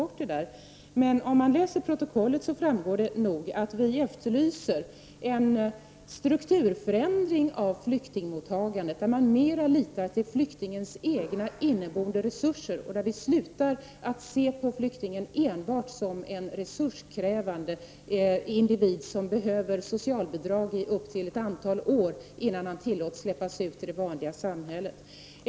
Men för den som läser protokollet framgår det nog att vi efterlyser en strukturförändring av flyktingmottagandet — att man mer litar till flyktingens egna inneboende resurser och att vi slutar att se flyktingen enbart som en resurskrävande individ som behöver socialbidrag i ett antal år innan vederbörande kan släppas ut i det vanliga samhället.